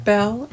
Bell